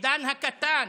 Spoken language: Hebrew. עידן הקטן,